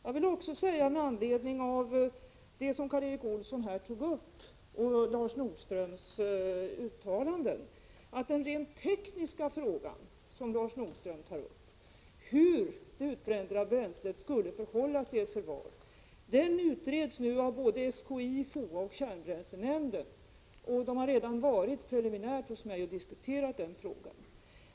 Jag vill med anledning av Karl Erik Olssons anförande och Lars Nordströms uttalanden också säga att den rent tekniska fråga som Lars Nordström tar upp, dvs. hur det utbrända bränslet skulle behållas i ett förvar, nu utreds av SKI, FOA och kärnbränslenämnden. Deras representanter har redan tillsammans med mig diskuterat den frågan.